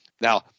Now